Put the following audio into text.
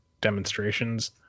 demonstrations